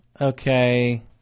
Okay